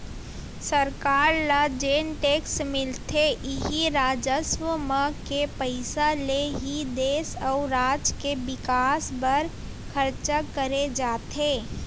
सरकार ल जेन टेक्स मिलथे इही राजस्व म के पइसा ले ही देस अउ राज के बिकास बर खरचा करे जाथे